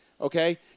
Okay